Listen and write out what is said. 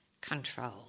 control